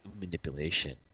manipulation